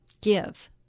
Give